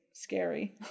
scary